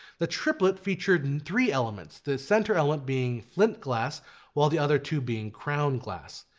the triplet featured and three elements, the center element being flint glass while the other two being crown glass.